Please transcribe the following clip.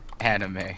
anime